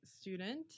student